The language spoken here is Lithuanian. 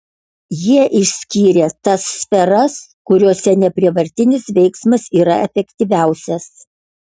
jie išskyrė tas sferas kuriose neprievartinis veiksmas yra efektyviausias